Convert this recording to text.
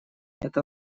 это